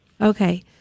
Okay